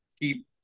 keep